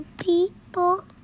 people